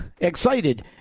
excited